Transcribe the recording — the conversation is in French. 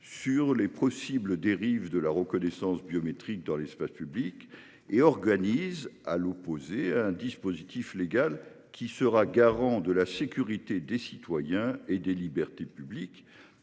sur les possibles dérives de la reconnaissance biométrique dans l'espace public et organise un dispositif légal garant de la sécurité des citoyens et des libertés publiques.